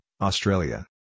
Australia